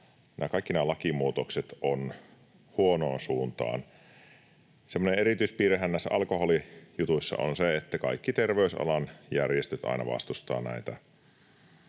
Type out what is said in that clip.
kaikki nämä lakimuutokset ovat huonoon suuntaan. Semmoinen erityispiirrehän näissä alkoholijutuissa on, että kaikki terveysalan järjestöt aina vastustavat näitä.